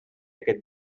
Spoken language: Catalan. aquest